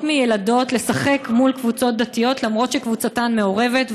מילדות לשחק מול קבוצות דתיות למרות שקבוצתן מעורבת,